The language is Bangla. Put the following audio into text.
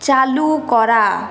চালু করা